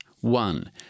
One